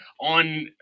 on